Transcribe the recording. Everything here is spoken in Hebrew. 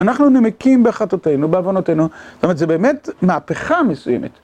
אנחנו נמקים בחטאותינו, בעוונותינו, זאת אומרת, זה באמת מהפכה מסוימת.